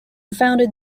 founded